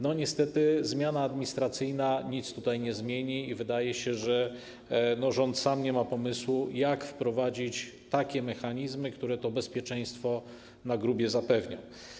Niestety zmiana administracyjna nic tutaj nie zmieni i wydaje się, że rząd sam nie ma pomysłu, jak wprowadzić takie mechanizmy, które to bezpieczeństwo na grubie zapewnią.